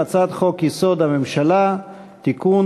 הוא הצעת חוק-יסוד: הממשלה (תיקון),